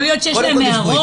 יכול להיות שיש להם הערות,